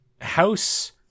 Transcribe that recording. House